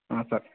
ಹಾಂ ಸರ್